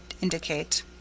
indicate